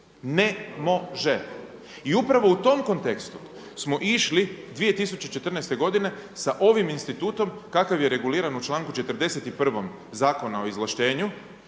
ne može. I upravo u tom kontekstu smo išli 2014. godine sa ovim institutom kakav je reguliran u članku 41. Zakona o izvlaštenju